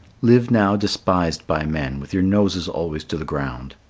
live now despised by men, with your noses always to the ground.